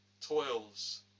toils